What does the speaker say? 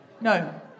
No